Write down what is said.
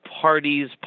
parties